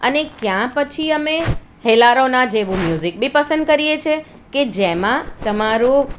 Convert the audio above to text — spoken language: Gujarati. અને ક્યાં પછી અમે હેલારોના જેવું મ્યૂઝિક બી પસંદ કરીએ છે કે જેમાં તમારું